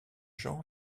jean